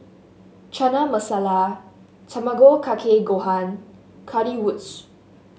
Chana Masala Tamago Kake Gohan Currywurst